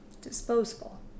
disposable